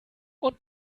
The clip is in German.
und